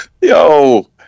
Yo